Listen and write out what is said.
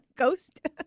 ghost